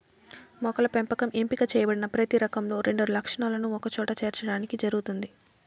మొక్కల పెంపకం ఎంపిక చేయబడిన ప్రతి రకంలో రెండు లక్షణాలను ఒకచోట చేర్చడానికి జరుగుతుంది